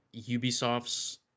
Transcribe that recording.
Ubisoft's